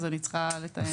אז אני צריכה לתאם את זה.